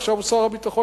עכשיו הוא שר הביטחון,